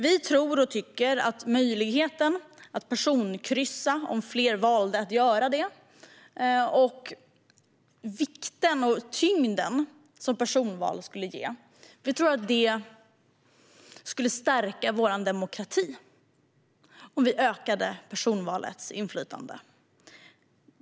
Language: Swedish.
Vi tror att det skulle stärka vår demokrati om vi ökade personvalets inflytande.